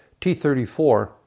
T-34